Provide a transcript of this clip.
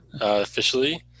officially